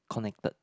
connected